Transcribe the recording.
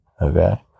okay